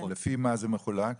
לפי מה זה מחולק?